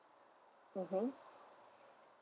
mmhmm